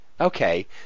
Okay